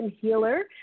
Healer